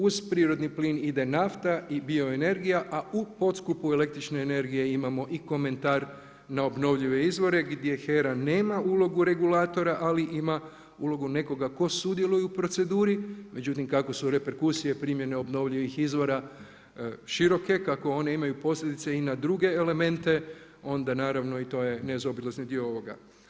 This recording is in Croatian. Uz prirodni plin ide i nafta i bio energija a u podskupu električne energije imamo i komentar na obnovljive izvore gdje HERA nema ulogu regulatora ali ima ulogu nekog tko sudjeluje u proceduri, međutim kako su reperkusije primjene obnovljivih izvora široke, kako one imaju posljedice i na druge elemente onda naravno i to je nezaobilazni dio ovoga.